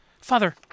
Father